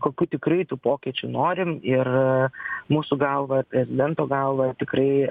kokių tikrai tų pokyčių norim ir mūsų galva ir prezidento galva tikrai